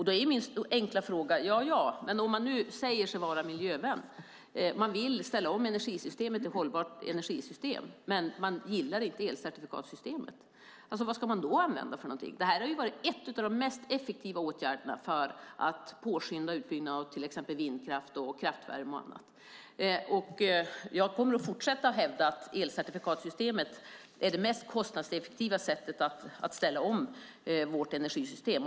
Då är min enkla fråga: Om man nu säger sig vara miljövän och vill ställa om till ett hållbart energisystem men inte gillar elcertifikatssystemet, vad ska man då använda? Det här har varit en av de mest effektiva åtgärderna för att påskynda utbyggnaden av till exempel vindkraft och kraftvärme. Jag kommer att fortsätta att hävda att elcertifikatssystemet är det mest kostnadseffektiva sättet att ställa om vårt energisystem.